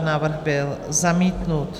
Návrh byl zamítnut.